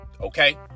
Okay